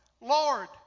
Lord